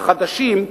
החדשים,